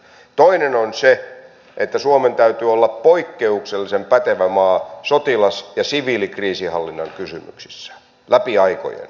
toinen on se että suomen täytyy olla poikkeuksellisen pätevä maa sotilas ja siviilikriisihallinnan kysymyksissä läpi aikojen